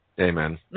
Amen